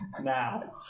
Now